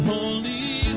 Holy